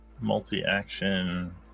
Multi-action